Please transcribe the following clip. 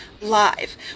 live